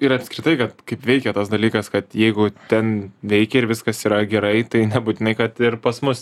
ir apskritai kad kaip veikia tas dalykas kad jeigu ten veikia ir viskas yra gerai tai nebūtinai kad ir pas mus